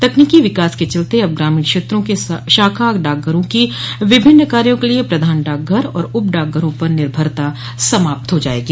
तकनीकी विकास के चलते अब ग्रामीण क्षेत्रों के शाखा डाकघरों की विभिन्न कार्यो के लिये प्रधान डाकघर और उप डाकघरों पर निर्भरता समाप्त हो जायेगी